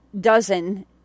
dozen